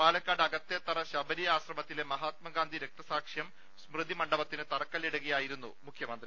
പാലക്കാട് അകത്തേത്തറ ശബരി ആശ്രമത്തിലെ മഹാത്മാഗാന്ധി രക്തസാക്ഷ്യം സ് മൃതി മണ്ഡപത്തിന് തറക്കല്ലിടുകയായിരുന്നു മുഖ്യമന്ത്രി